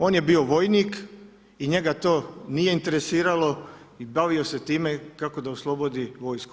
On je bio vojnik i njega to nije interesiralo i bavio se time kako da oslobodi vojsku.